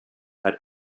had